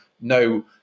no